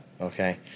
Okay